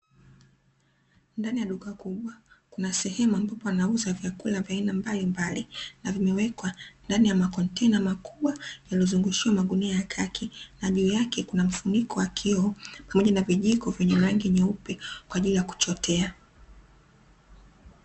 Ndani ya duka kubwa kuna sehemu ambapo wanauza vyakula vya aina mbalimbali, na vimewekwa ndani ya makontena makubwa yaliyozungushiwa gunia la kaki, na juu yake kuna mfuniko wa kioo pamoja na vijiko vyenye rangi nyeupe kwa ajili ya kuchotea.